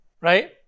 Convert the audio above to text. right